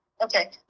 Okay